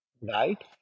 right